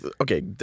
Okay